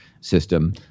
system